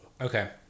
Okay